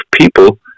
people